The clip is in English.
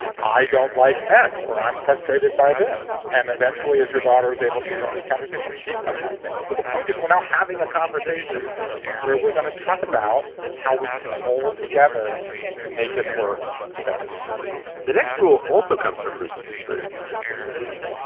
i don't like x or i'm frustrated by this. and eventually, as your daughter is able to join this conversation, she's gonna have things. but the point is, we're not having a conversation where we're gonna talk about how we can all together make it work better the next rule also comes from bruce's experience in business management.